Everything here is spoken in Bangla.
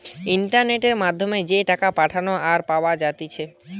ইন্টারনেটের মাধ্যমে যে টাকা পাঠানা আর পায়া যাচ্ছে